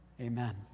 amen